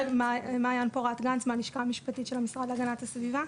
מעיין פורת גנץ מהלשכה המשפטית של המשרד להגנת הסביבה.